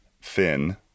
fin